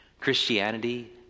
Christianity